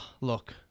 Look